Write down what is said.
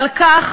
על כך